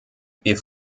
wir